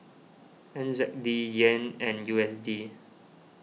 N Z D Yen and U S D